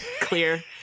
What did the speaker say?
clear